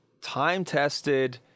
time-tested